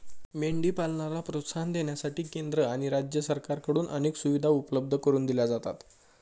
मेंढी पालनाला प्रोत्साहन देण्यासाठी केंद्र आणि राज्य सरकारकडून अनेक सुविधा उपलब्ध करून दिल्या जातात